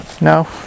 No